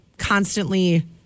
constantly